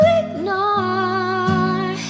ignore